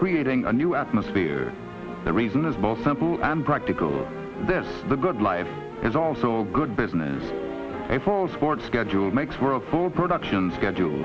creating a new atmosphere the reason is both simple and practical there's the good life is also good business for sports schedule makes for a full production schedule